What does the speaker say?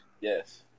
Yes